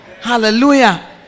hallelujah